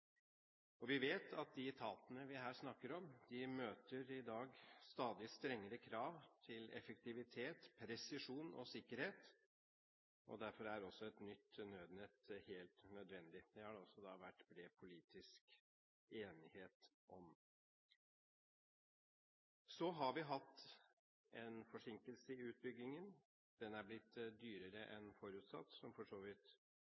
forutsetningen. Vi vet at de etatene vi her snakker om, i dag møter stadig strengere krav til effektivitet, presisjon og sikkerhet. Derfor er et nytt nødnett helt nødvendig, og det har det også vært bred politisk enighet om. Så har vi hatt en forsinkelse i utbyggingen. Den er blitt dyrere enn forutsatt, som for så vidt